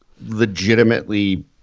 legitimately